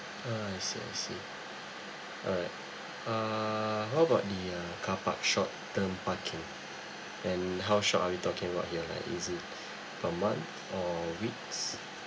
ah I see I see alright uh how about the uh car park short term parking and how short are we talking about you know like is it per month or weeks